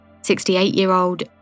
68-year-old